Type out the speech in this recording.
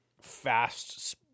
fast